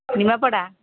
Nimapada